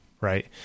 Right